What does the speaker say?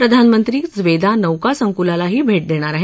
प्रधानमंत्री झेव़दा नौका संकुलालाही भेट देणार आहेत